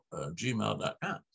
gmail.com